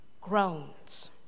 groans